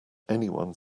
anyone